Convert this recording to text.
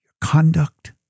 conduct